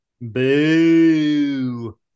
Boo